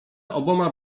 oboma